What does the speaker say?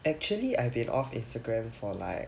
actually I've been off instagram for like